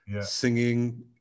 singing